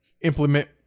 implement